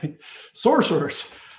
sorcerers